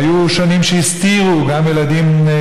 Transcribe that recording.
והיו שנים שהסתירו, גם ילדים.